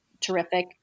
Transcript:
terrific